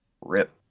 rip